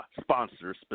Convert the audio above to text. sponsors